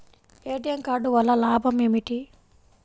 ATM card వల్ల లాభం ఏమిటి?